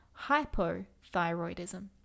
hypothyroidism